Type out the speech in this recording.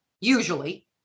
usually